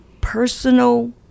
personal